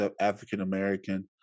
African-American